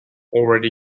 already